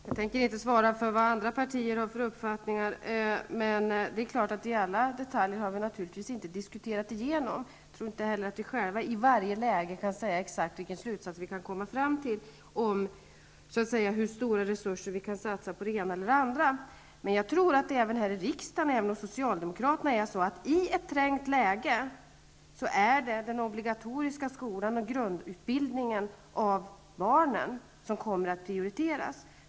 Herr talman! Jag tänker inte svara för vad andra partier har för uppfattningar. Men det är klart att vi inte har diskuterat igenom alla detaljer. Jag tror inte heller att vi själva i varje läge kan säga exakt vilken slutsats vi kan komma fram till eller hur stora resurser vi kan satsa på det ena eller det andra. Men jag tror att det även här i riksdagen, även hos socialdemokraterna, är så att det i ett trängt läge är den obligatoriska skolan och grundutbildningen av barnen som kommer att prioriteras.